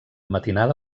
matinada